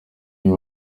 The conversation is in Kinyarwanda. uyu